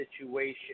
situation